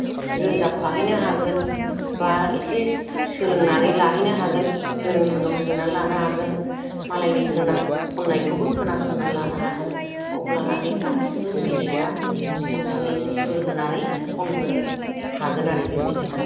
रोजाबफाहैनो हागोन बा इसे सोलोंनानै लाहैनो हागोन गोरोंफोरनाव सोंनानै लानो हागोन मालायनि खोना खननायखौबो खोनासंनानै लानो हागोन अब्लाना बे गासैबो मेथाइफोरा मोजाङै सुर होनानै खननो हागोन आरो बे मेथाइखौ